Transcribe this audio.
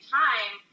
time